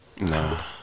No